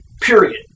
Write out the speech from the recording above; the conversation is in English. period